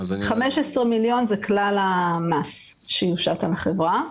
15 מיליון זה כלל המס שיושת על החברה.